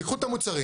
קחו את המוצרים,